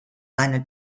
eine